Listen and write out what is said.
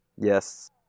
Yes